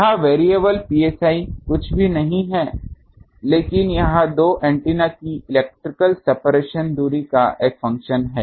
यह variable psi कुछ भी नहीं है लेकिन यह दो एंटीना की इलेक्ट्रिकल सेपरेशन दूरी का एक फंक्शन है